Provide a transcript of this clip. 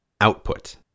output